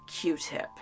q-tip